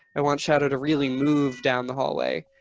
i want shadow to really move down the hallway.